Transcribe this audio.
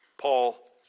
Paul